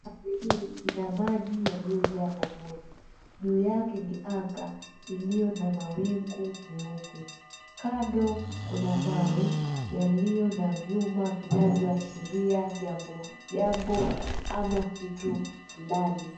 Bahari hii ina maji yaliyojaa pomoni. Juu yake ni anga ilio na mawingu meupe. Kando kuna mawe yaliyo na vyuma vinavyoashiria jambo ama kitu fulani.